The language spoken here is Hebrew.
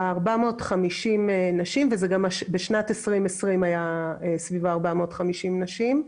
450 נשים וגם בשנת 2020 זה היה סביב 450 נשים.